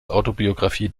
autobiographie